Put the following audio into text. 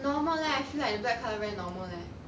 normal leh I feel like black colour very normal leh